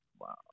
wow